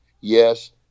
Yes